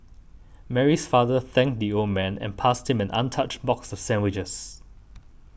Mary's father thanked the old man and passed him an untouched box of sandwiches